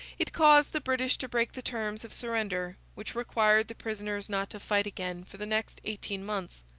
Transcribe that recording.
it caused the british to break the terms of surrender, which required the prisoners not to fight again for the next eighteen months.